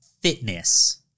fitness